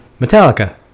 Metallica